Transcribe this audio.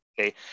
okay